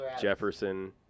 Jefferson